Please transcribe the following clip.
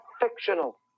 fictional